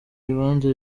ibibanza